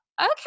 okay